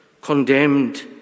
condemned